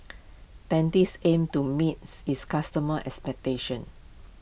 Dentiste aims to meets its customers' expectations